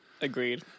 agreed